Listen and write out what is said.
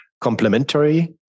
complementary